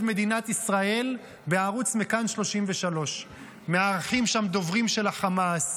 מדינת ישראל בערוץ מכאן 33. מארחים שם דוברים של החמאס,